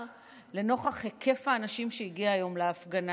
לנוכח היקף אנשים שהגיע היום להפגנה.